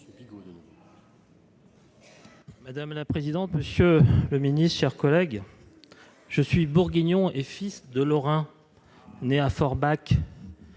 Madame la présidente, monsieur le Ministre, chers collègues, je suis bourguignon et fils de Laurent, né à Forbach